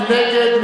מי נגד?